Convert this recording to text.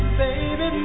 baby